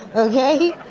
okay?